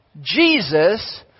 Jesus